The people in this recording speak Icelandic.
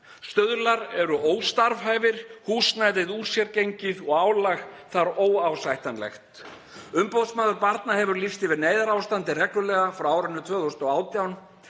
Stuðlar eru óstarfhæfir, húsnæðið úr sér gengið og álag er óásættanlegt. Umboðsmaður barna hefur lýst yfir neyðarástandi reglulega frá árinu 2018.